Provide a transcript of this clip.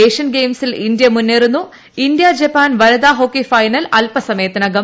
Asian ഗെയിംസിൽ India മുന്നേറുന്നു India Japan വനിതാ ഹോക്കി ഫൈനൽ അല്പസമയത്തിനകം